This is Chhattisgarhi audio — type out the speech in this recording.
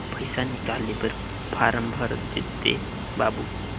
पइसा निकाले बर फारम भर देते बाबु?